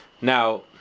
Now